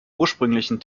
ursprünglichen